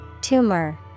Tumor